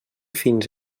fins